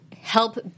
help